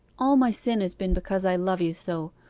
all my sin has been because i love you so!